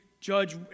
judge